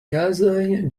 kazoj